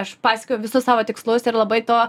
aš pasiekiau visus savo tikslus ir labai tuo